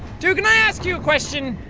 dude, can i ask you a question?